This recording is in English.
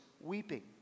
weeping